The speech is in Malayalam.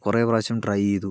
കുറേ പ്രാവശ്യം ട്രൈ ചെയ്തു